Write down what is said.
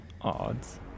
odds